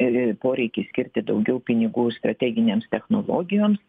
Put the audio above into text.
ir ir poreikį skirti daugiau pinigų ir strateginėms technologijoms